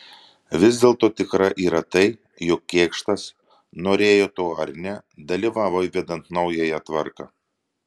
vis dėlto tikra yra tai jog kėkštas norėjo to ar ne dalyvavo įvedant naująją tvarką